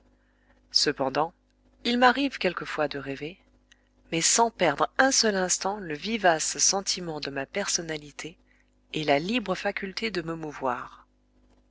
cependant il m'arrive quelquefois de rêver mais sans perdre un seul instant le vivace sentiment de ma personnalité et la libre faculté de me mouvoir